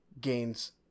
Gains